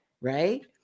Right